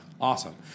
Awesome